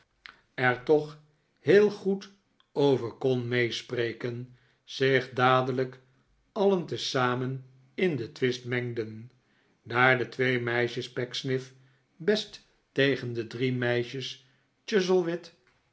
er toch heel goed over kon meespreken zich dadelijk alien tezamen in den twist mengden daar de twee meisjes pecksniff best tegen de drie meisjes